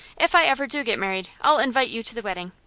if i ever do get married i'll invite you to the wedding.